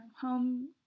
home